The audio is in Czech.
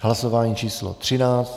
Hlasování číslo 13.